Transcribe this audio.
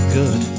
good